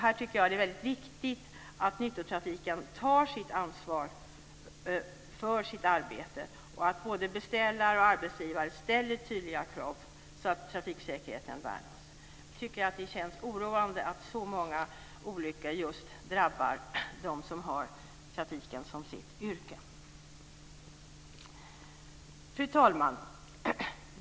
Jag tycker att det är väldigt viktigt att nyttotrafiken tar ansvar för sitt arbete och att både beställare och arbetsgivare ställer tydliga krav så att trafiksäkerheten värnas. Det känns oroande att så många olyckor drabbar just dem som har trafiken som sitt yrke. Fru talman!